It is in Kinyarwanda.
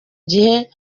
gihe